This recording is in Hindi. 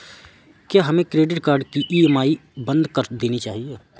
क्या हमें क्रेडिट कार्ड की ई.एम.आई बंद कर देनी चाहिए?